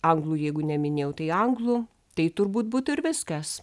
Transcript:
anglų jeigu neminėjau tai anglų tai turbūt būtų ir viskas